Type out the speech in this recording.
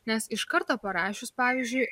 nes iš karto parašius pavyzdžiui